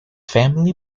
family